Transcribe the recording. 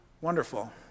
wonderful